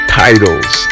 titles